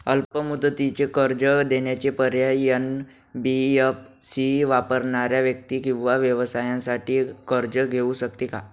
अल्प मुदतीचे कर्ज देण्याचे पर्याय, एन.बी.एफ.सी वापरणाऱ्या व्यक्ती किंवा व्यवसायांसाठी कर्ज घेऊ शकते का?